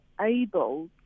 able